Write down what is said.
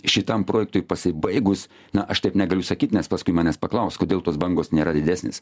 šitam projektui pasibaigus na aš taip negaliu sakyt nes paskui manęs paklaus kodėl tos bangos nėra didesnis